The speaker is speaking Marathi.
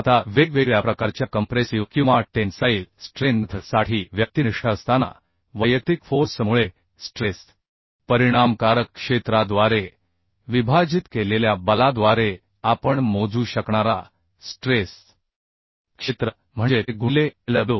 आता वेगवेगळ्या प्रकारच्या कंप्रेसिव्ह किंवा टेन्साईल स्ट्रेंथ साठी व्यक्तिनिष्ठ असताना वैयक्तिक फोर्स मुळे स्ट्रेस परिणामकारक क्षेत्राद्वारे विभाजित केलेल्या बलाद्वारे आपण मोजू शकणारा स्ट्रेस क्षेत्र म्हणजे te गुणिले Lw